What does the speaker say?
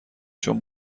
چون